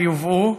ויובאו,